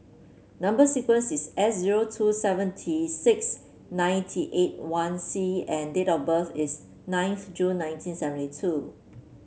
number sequence is S zero two seventy six ninety eight one C and date of birth is ninth June nineteen seventy two